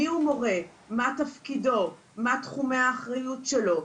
מיהו מורה, מה תפקידו, מה תחומי האחריות שלו.